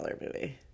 movie